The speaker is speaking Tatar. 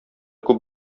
күп